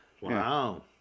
Wow